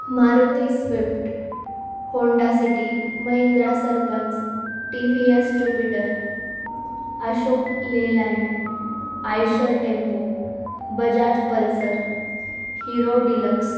Maruti Swift Honda City Mahindra Sarpanch TVS Jupiter Ashok Leyland Eicher tempo Bajaj Pulsar Hero deluxe